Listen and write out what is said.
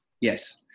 Yes